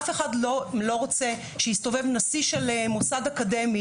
אף אחד לא רוצה שיסתובב נשיא של מוסד אקדמי,